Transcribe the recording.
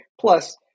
Plus